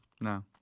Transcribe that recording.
No